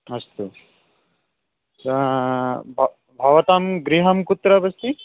अस्तु भ भवतां गृहं कुत्र अस्ति